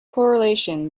correlation